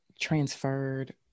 transferred